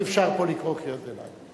אי-אפשר פה לקרוא קריאות ביניים.